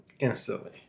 Instantly